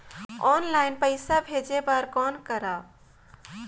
Online पईसा भेजे बर कौन करव?